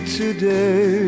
today